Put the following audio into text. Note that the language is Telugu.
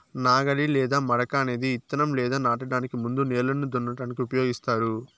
నాగలి లేదా మడక అనేది ఇత్తనం లేదా నాటడానికి ముందు నేలను దున్నటానికి ఉపయోగిస్తారు